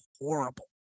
horrible